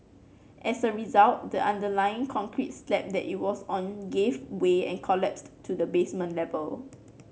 as a result the underlying concrete slab that it was on gave way and collapsed to the basement level